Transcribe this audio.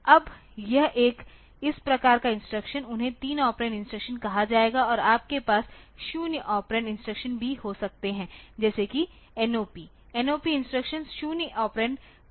अब यह एक इस प्रकार का इंस्ट्रक्शन उन्हें 3 ऑपरेंड इंस्ट्रक्शंस कहा जाएगा और आपके पास 0 ऑपरैंड इंस्ट्रक्शन भी हो सकते हैं जैसे कि NOPNOP इंस्ट्रक्शन 0 ऑपरैंड कोई ऑपरेंड नहीं है